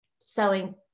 selling